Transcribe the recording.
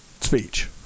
speech